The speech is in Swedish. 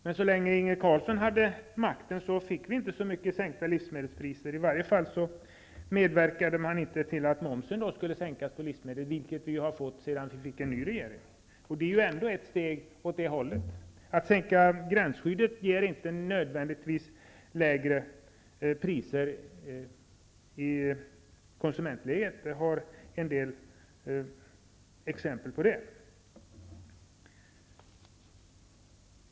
Men så länge Inge Carlssons parti hade makten fick vi inte så mycket sänkta livsmedelspriser. I varje fall medverkade man inte till sänkt moms på livsmedel, vilket vi ju har fått sedan vi fick en ny regering. Det är ändå ett steg åt rätt håll. Att sänka gränsskyddet ger inte nödvändigtvis lägre priser i konsumentledet. Vi har en del exempel på det.